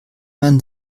man